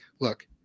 look